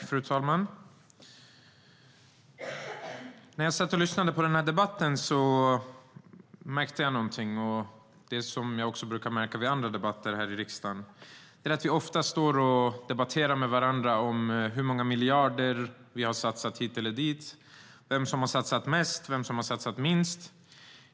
Fru talman! När jag satt och lyssnade på debatten märkte jag någonting jag brukar märka även i andra debatter här i riksdagen, nämligen att vi ofta står och debatterar med varandra hur många miljarder som har satsats hit eller dit, vem som har satsat mest och vem som har satsat minst.